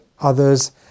others